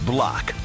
Block